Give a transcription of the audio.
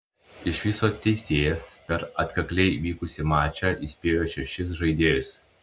iš viso teisėjas per atkakliai vykusį mačą įspėjo šešis žaidėjus